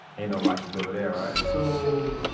ain't no watches over there, right? so,